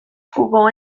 jugó